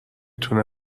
تونه